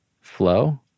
flow